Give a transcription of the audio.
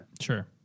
Sure